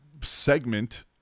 segment